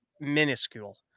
minuscule